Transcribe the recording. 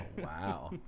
wow